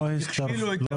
הכשילו את הפרויקט.